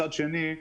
מצד שני,